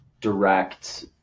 direct